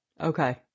Okay